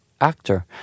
actor